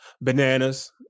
bananas